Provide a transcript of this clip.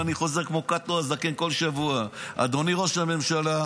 ואני חוזר כמו קאטו הזקן כל שבוע: אדוני ראש הממשלה,